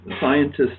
scientists